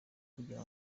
kugira